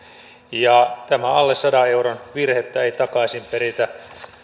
ja tämä että alle sadan euron virhettä ei takaisin peritä